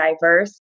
diverse